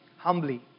humbly